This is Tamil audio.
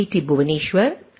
D Bhuvneshwar I